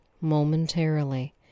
momentarily